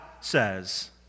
says